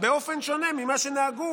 באופן שונה ממה שנהגו